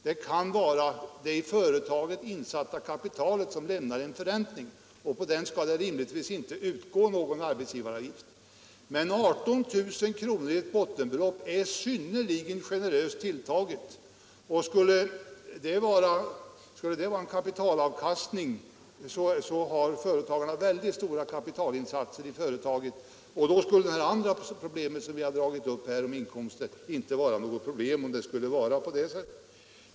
Det kan vara det i företaget insatta kapitalet som lämnar en förräntning, och på den skall det rimligtvis inte utgå någon arbetsgivaravgift. Men 18 000 kr. som ett bottenbelopp är synnerligen generöst tilltaget. Skulle det vara en kapitalavkastning har företagaren gjort väldigt stora kapitalinsatser i företaget. I så fall skulle det andra som ni har dragit upp här om inkomsten inte vara något problem.